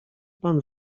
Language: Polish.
pan